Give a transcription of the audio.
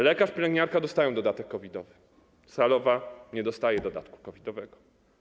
Lekarz, pielęgniarka dostają dodatek COVID-owy, salowa nie dostaje dodatku COVID-owego.